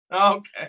Okay